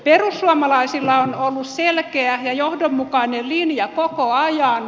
perussuomalaisilla on ollut selkeä ja johdonmukainen linja koko ajan